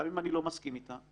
גם אם אני לא מסכים איתה.